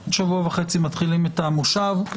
בעוד שבוע וחצי מתחילים את המושב.